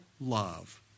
love